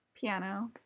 piano